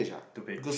two page